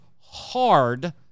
hard